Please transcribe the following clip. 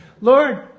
Lord